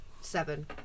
seven